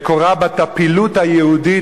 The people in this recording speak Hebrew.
מקורן בטפילות היהודית,